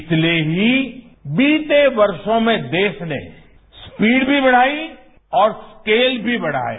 इसलिए भी बीते वर्षों में देश ने स्पीड भी बढ़ाई और स्केल भी बढ़ाया